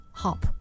hop